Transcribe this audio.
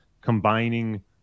combining